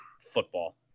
football